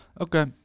Okay